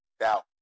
Now